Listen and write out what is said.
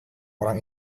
orang